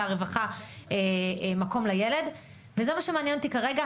הרווחה מקום לילד וזה מה שמעניין אותי כרגע,